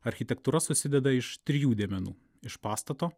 architektūra susideda iš trijų dėmenų iš pastato